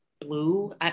blue